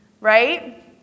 right